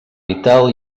vital